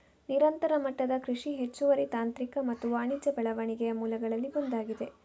ನಿರಂತರ ಮಟ್ಟದ ಕೃಷಿ ಹೆಚ್ಚುವರಿ ತಾಂತ್ರಿಕ ಮತ್ತು ವಾಣಿಜ್ಯ ಬೆಳವಣಿಗೆಯ ಮೂಲಗಳಲ್ಲಿ ಒಂದಾಗಿದೆ